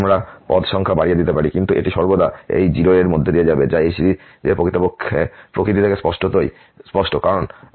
আমরা পদ সংখ্যা বাড়িয়ে দিতে পারি কিন্তু এটি সর্বদা এই বিন্দু 0 এর মধ্য দিয়ে যাবে যা এই সিরিজের প্রকৃতি থেকে স্পষ্টতই স্পষ্ট কারণ সাইন আছে এবং sin 0 0